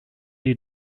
die